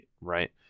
right